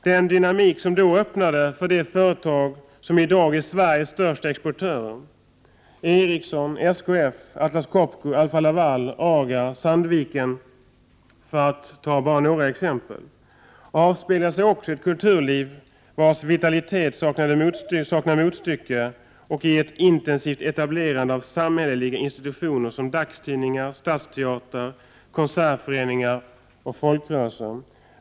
Den dynamik som då öppnade för de företag som i dag är Sveriges största exportörer — Ericsson, SKF, Atlas Copco, Alfa Laval, AGA och Sandviken för att ta några exempel — avspeglade sig också i ett kulturliv vars vitalitet saknade motstycke och i ett intensivt etablerande av samhälleliga institutioner såsom dagstidningar, stadsteatrar, konsertföreningar och folkrörelser.